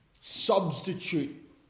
substitute